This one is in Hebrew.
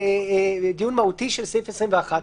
דיון מהותי של סעיף 21,